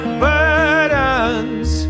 burdens